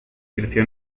creció